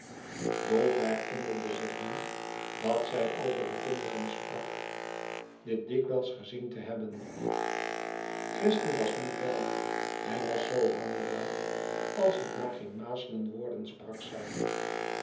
dolf herinnerde zich nu dat zij over de kinderen sprak dit dikwijls gezien te hebben christie was niet wel hij was zoo hangerig als het maar geen mazelen worden sprak zij